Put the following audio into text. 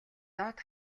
доод